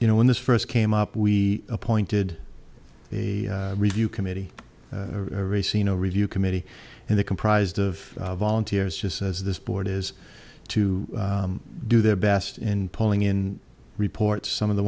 you know when this first came up we appointed a review committee racing a review committee and they comprised of volunteers just as this board is to do their best in pulling in reports some of the